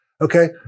Okay